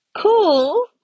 cool